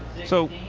so,